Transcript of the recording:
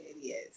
yes